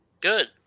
Good